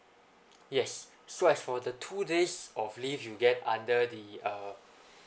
yes so as for the two days of leave you get under the uh